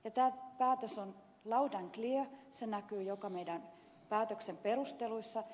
tämä päätös on loud and clear se näkyy meidän päätöksemme perusteluissa